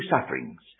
sufferings